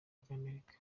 ry’amerika